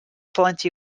plenty